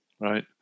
right